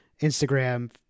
Instagram